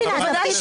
ודאי שכן.